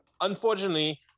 unfortunately